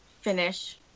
finish